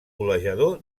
golejador